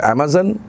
Amazon